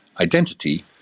identity